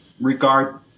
regard